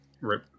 Right